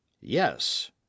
Yes